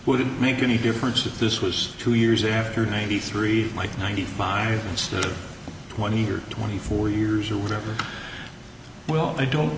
wouldn't make any difference if this was two years after ninety three like ninety five instead of twenty or twenty four years or whatever well i don't